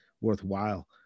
worthwhile